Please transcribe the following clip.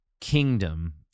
kingdom